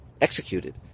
executed